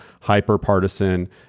hyper-partisan